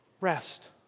Rest